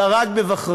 אלא רק בבחריין,